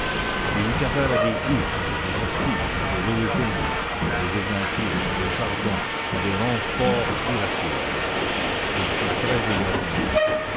il eut affaire à des houx à des orties à des aubépines à des églantiers à des chardons à des ronces fort irascibles il fut très égratigné